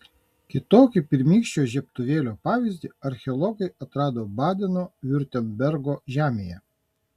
kitokį pirmykščio žiebtuvėlio pavyzdį archeologai atrado badeno viurtembergo žemėje